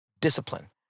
discipline